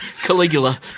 Caligula